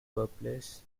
workplace